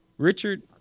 Richard